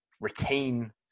retain